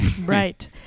Right